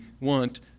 want